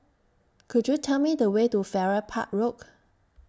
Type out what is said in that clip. Could YOU Tell Me The Way to Farrer Park Rock